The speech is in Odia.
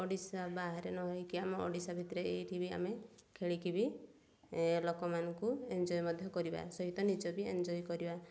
ଓଡ଼ିଶା ବାହାରେ ନହେଇକି ଆମ ଓଡ଼ିଶା ଭିତରେ ଏଇଠି ବି ଆମେ ଖେଳିକି ବି ଲୋକମାନଙ୍କୁ ଏନ୍ଜୟ୍ ମଧ୍ୟ କରିବା ସହିତ ନିଜ ବି ଏନ୍ଜୟ୍ କରିବା